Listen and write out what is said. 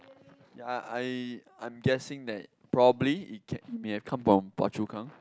ya I I'm guessing that probably it can may have come from Phua-Chu-Kang